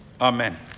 Amen